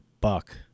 buck